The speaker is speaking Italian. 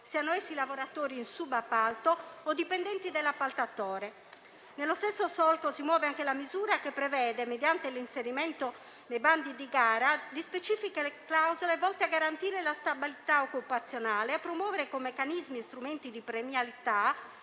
siano essi in subappalto o dipendenti dell'appaltatore. Nello stesso solco si muove anche la misura che prevede - mediante l'inserimento nei bandi di gara - specifiche clausole volte a garantire la stabilità occupazionale e a promuovere con meccanismi e strumenti di premialità